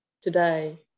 today